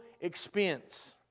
expense